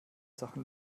sachen